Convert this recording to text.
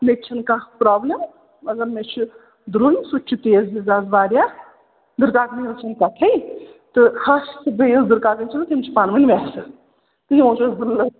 مےٚ تہِ چھُنہٕ کانٛہہ پرٛابلِم مطلب مےٚ چھِ دُرٛے سُہ تہِ چھِ تیز مِزاز واریاہ دٔرکاکنہِ ہِنٛز چھَنہٕ کَتھٕے تہٕ ہَش تہٕ بیٚیہِ یۄس دٔرکاکَن چھِنا تِم چھِ پانہٕ ؤنۍ وٮ۪سہٕ تہٕ یِمو چھِ أسۍ